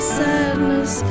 sadness